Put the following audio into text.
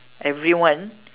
everyone